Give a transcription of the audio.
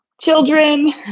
children